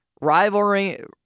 rivaling